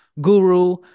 guru